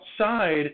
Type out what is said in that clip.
outside